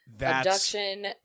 Abduction